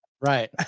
Right